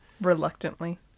Reluctantly